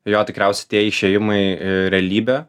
jo tikriausiai tie išėjimai į realybę